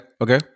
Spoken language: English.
Okay